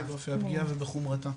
תלוי באופי הפגיעה ובחומרתה.